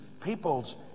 people's